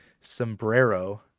sombrero